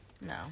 No